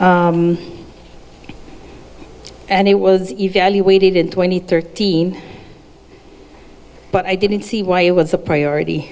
and it was evaluated in twenty thirteen but i didn't see why it was a priority